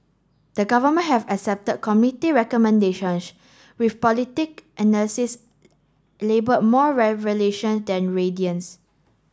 the Government have accepted committee recommendations which politic analysis labelled more than radiance